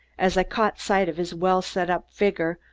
as i caught sight of his well-set-up figure,